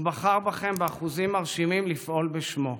הוא בחר בכם באחוזים מרשימים לפעול בשמו.